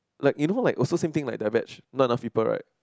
like you know like also same thing like batch not of people right